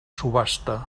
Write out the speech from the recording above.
subhasta